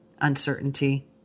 uncertainty